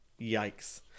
Yikes